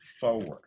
forward